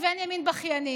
לבין ימין בכייני.